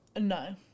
No